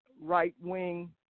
right-wing